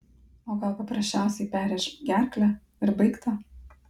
o gal paprasčiausiai perrėš gerklę ir baigta